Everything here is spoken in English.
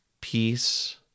peace